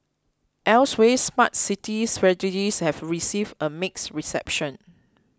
elsewhere Smart City strategies have received a mixed reception